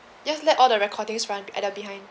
just all the recordings run at the behind